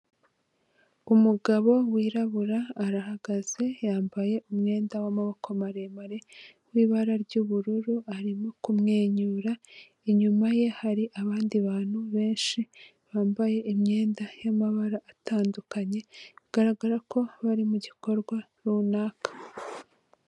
Umugabo wirabura, arahagaze yambaye umwenda w'amaboko maremare w'ibara ry'ubururu arimo kumwenyura, inyuma ye hari abandi bantu benshi bambaye imyenda y'amabara atandukanye bigaragara ko bari mu gikorwa runaka.